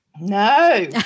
No